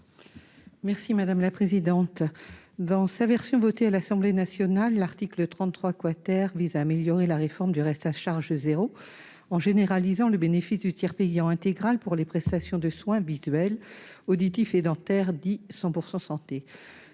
Mme Chantal Deseyne. Dans sa version adoptée à l'Assemblée nationale, l'article 33 vise à améliorer la réforme du reste à charge zéro, en généralisant le bénéfice du tiers payant intégral pour les prestations de soins visuels, auditifs et dentaires dits « 100 % santé